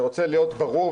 אני רוצה להיות ברור,